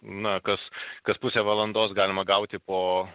na kas kad pusę valandos galima gauti po